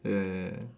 ya ya ya ya